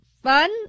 fun